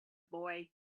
boy